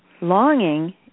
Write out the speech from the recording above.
longing